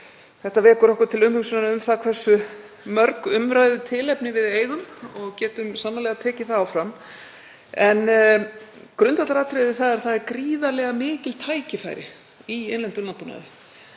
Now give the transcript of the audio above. Þetta vekur okkur til umhugsunar um það hversu mörg umræðutilefni við eigum og getum sannarlega tekið það áfram. En grundvallaratriðið er að það eru gríðarlega mikil tækifæri í innlendum